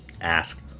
Ask